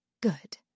good